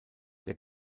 der